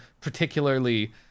particularly